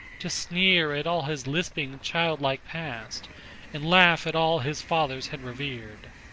to sneer at all his lisping childlike past and laugh at all his fathers had revered.